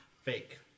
Fake